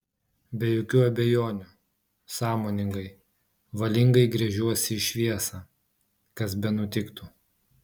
be jokių abejonių sąmoningai valingai gręžiuosi į šviesą kas benutiktų